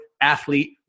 athlete